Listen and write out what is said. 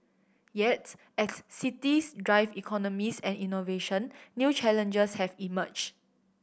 yet as cities drive economies and innovation new challenges have emerged